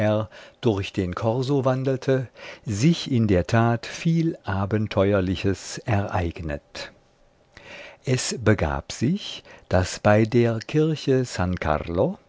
durch den korso wandelte sich in der tat viel abenteuerliches ereignet es begab sich daß bei der kirche